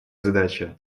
задача